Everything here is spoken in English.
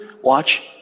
watch